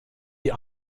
die